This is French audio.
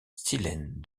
silène